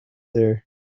there